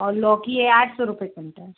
और लौकी है आठ सौ रुपए कुंटल